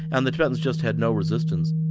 and the tibetans just had no resistance.